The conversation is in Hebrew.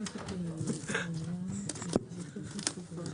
לפני שנתחיל בהקראה,